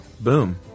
boom